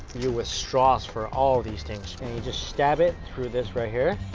you with straws for all these things and you just stab it through this right here